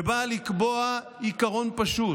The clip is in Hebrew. שבאה לקבוע עיקרון פשוט,